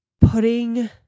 putting